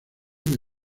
the